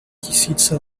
tisíce